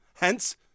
Hence